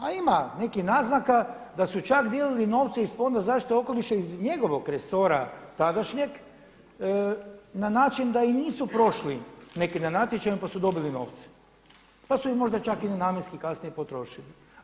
A ima nekih naznaka da su čak dijelili nove iz Fonda za zaštitu okoliša iz njegovog resora tadašnjeg na način da i nisu prošli neki na natječaju, pa su dobili novce, pa su ih možda čak i nenamjenski kasnije potrošili.